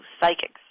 psychics